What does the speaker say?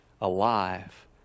alive